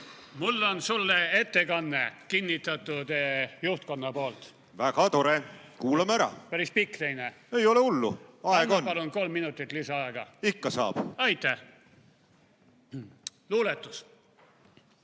Mul on sulle ettekanne, kinnitatud juhtkonna poolt. Väga tore! Kuulame ära. Päris pikk teine. Ei ole hullu, aega on. Palun kolm minutit lisaaega. Ikka saab. Ikka saab.